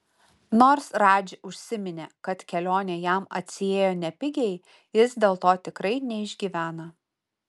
nors radži užsiminė kad kelionė jam atsiėjo nepigiai jis dėl to tikrai neišgyvena